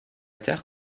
terre